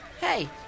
Hey